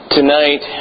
Tonight